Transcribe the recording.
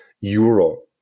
euro